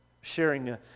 Sharing